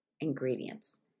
Ingredients